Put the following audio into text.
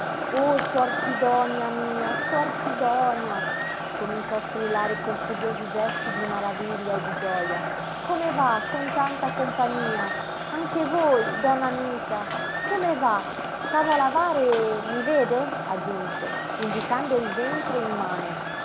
oh suor sidonia mia suor sidonia cominciò a strillare con furiosi gesti di maraviglia e di gioja come va con tanta compagnia anche voi donna mita come va stavo a lavare e mi vede aggiunse indicando il ventre immane